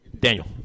Daniel